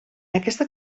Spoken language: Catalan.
aquesta